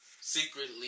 secretly